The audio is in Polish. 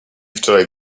wczoraj